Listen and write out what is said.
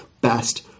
best